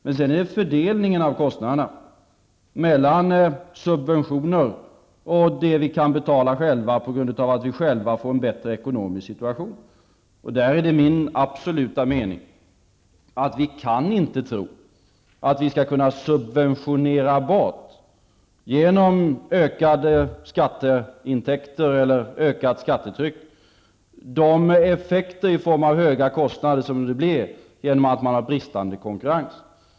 Men också fördelningen av kostnaderna mellan subventioner och det som vi kan betala själva när vi får en bättre ekonomisk situation spelar in. Det är min absoluta mening att vi inte kan tro att vi genom ökade skatteintäkter eller höjt skattetryck skall kunna subventionera bort de effekter i form av höga kostnader som kommer genom en bristande konkurrens.